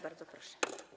Bardzo proszę.